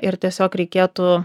ir tiesiog reikėtų